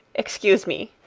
excuse me,